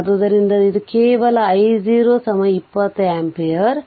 ಆದ್ದರಿಂದ ಇದು ಕೇವಲ I0 20 ampere ಮತ್ತು v0 60 V